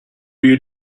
you